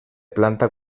planta